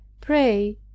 pray